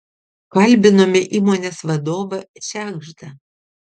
kalbinome įmonės vadovą šegždą